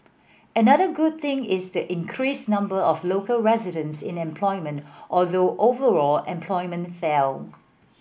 another good thing is the increased number of local residents in employment although overall employment fell